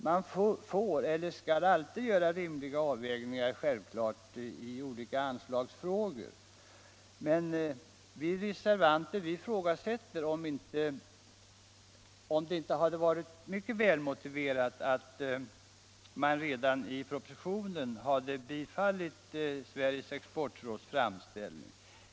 Man skall självfallet alltid göra rimliga avvägningar i olika anslagsfrågor, men vi reservanter ifrågasätter, om det inte hade varit mycket välmotiverat att redan i propositionen tillstyrka Sveriges exportråds framställning.